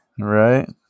right